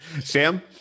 Sam